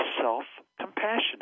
self-compassionate